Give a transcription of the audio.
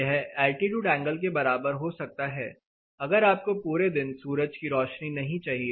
यह altitude angle के बराबर हो सकता है अगर आपको पूरे दिन सूरज की रोशनी नहीं चाहिए